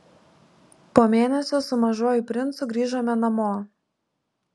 po mėnesio su mažuoju princu grįžome namo